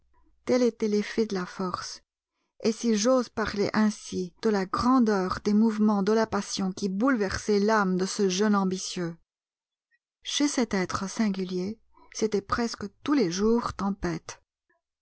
tel était l'effet de la force et si j'ose parler ainsi de la grandeur des mouvements de passion qui bouleversaient l'âme de ce jeune ambitieux chez cet être singulier c'était presque tous les jours tempête